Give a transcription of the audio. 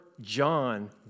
John